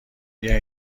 بیا